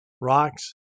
Rocks